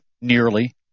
nearly